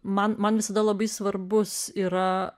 man man visada labai svarbus yra